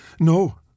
No